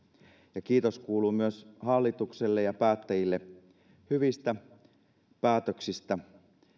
ja kiitos kuuluu myös hallitukselle ja päättäjille hyvistä päätöksistä